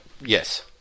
Yes